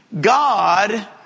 God